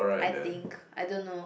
I think I don't know